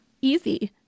easy